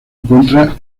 encuentra